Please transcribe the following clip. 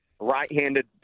right-handed